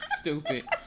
stupid